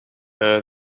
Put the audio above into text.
her